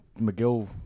McGill